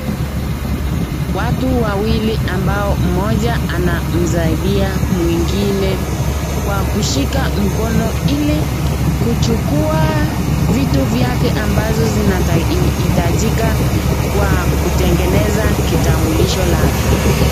Watu wawili ambao mmoja anasaidia mwingine kwa kushika mkono ili kuchukua vitu vyake ambazo zinahitajika kwa kutengeneza kitambulisho lake.